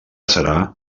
serà